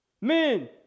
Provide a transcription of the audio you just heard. Men